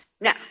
Now